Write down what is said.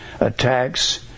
attacks